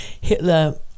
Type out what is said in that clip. Hitler